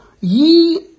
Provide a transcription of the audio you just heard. ye